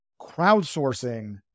crowdsourcing